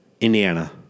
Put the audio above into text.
Indiana